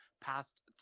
passed